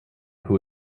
who